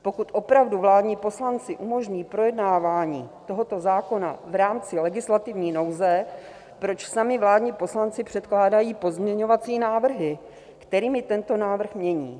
Pokud opravdu vládní poslanci umožní projednávání tohoto zákona v rámci legislativní nouze, proč sami vládní poslanci předkládají pozměňovací návrhy, kterými tento návrh mění?